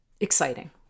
Exciting